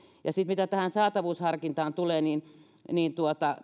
mitä tähän saatavuusharkintaan tulee niin niin